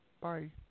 Bye